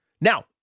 Now